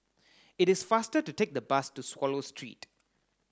it is faster to take the bus to Swallow Street